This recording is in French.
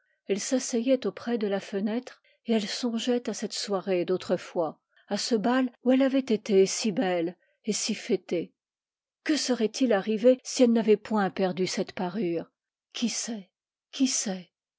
elle s'asseyait auprès de la fenêtre et elle songeait à cette soirée d'autrefois à ce bal où elle avait été si belle et si fêtée que serait-il arrivé si elle n'avait point perdu cette parure qui sait qui sait